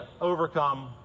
overcome